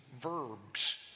verbs